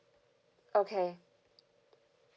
okay